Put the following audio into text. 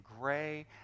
gray